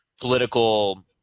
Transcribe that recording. political